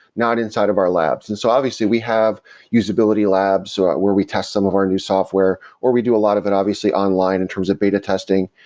not inside of our labs and so obviously, we have usability labs where we test some of our new software, or we do a lot of it obviously online in terms of beta testing.